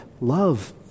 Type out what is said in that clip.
love